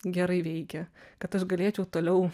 gerai veikia kad aš galėčiau toliau